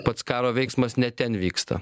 pats karo veiksmas ne ten vyksta